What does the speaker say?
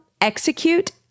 execute